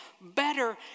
better